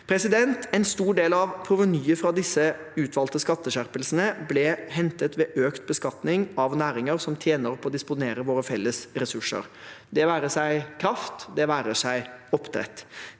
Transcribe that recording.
viser det. En stor del av provenyet fra disse utvalgte skatteskjerpelsene ble hentet ved økt beskatning av næringer som tjener på å disponere våre felles ressurser – det være seg kraft, det være seg oppdrett.